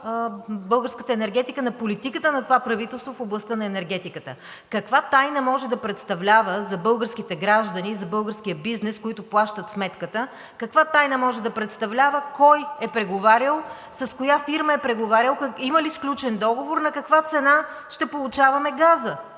българската енергетика, на политиката на това правителство в областта на енергетиката. За българските граждани и за българския бизнес, които плащат сметката, каква тайна може да представлява кой е преговарял, с коя фирма е преговарял, има ли сключен договор, на каква цена ще получаваме газа?